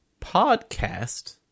podcast